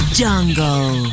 jungle